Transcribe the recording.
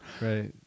Right